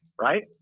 right